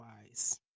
wise